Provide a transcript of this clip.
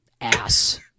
ass